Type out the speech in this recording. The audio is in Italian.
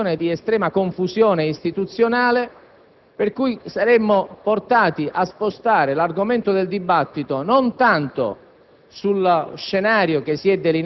Ci troveremmo dinanzi ad una situazione di estrema confusione istituzionale, per cui saremmo portati a spostare l'argomento del dibattito non tanto